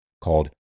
called